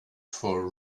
for